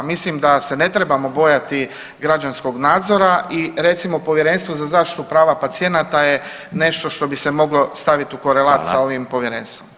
Mislim da se ne trebamo bojati građanskog nadzora i recimo Povjerenstvo za zaštitu prava pacijenata je nešto što bi se moglo staviti korelat sa [[Upadica: Hvala.]] ovim povjerenstvom.